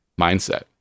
mindset